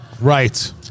Right